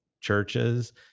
churches